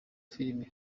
filime